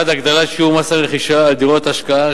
1. הגדלת שיעור מס הרכישה על דירות השקעה,